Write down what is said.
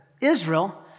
Israel